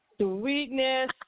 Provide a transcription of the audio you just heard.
sweetness